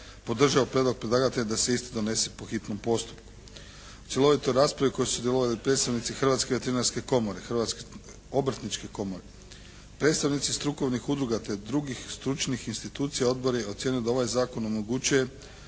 podržao prijedlog predlagatelja da se isti donese po hitnom postupku. U cjelovitoj raspravi u kojoj su sudjelovali predstavnici Hrvatske veterinarske komore, Hrvatske obrtničke komore, predstavnici strukovnih udruga, te drugih stručnih institucija odbor je ocijenio da ovaj zakon omogućuje